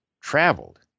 traveled